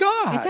God